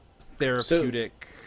therapeutic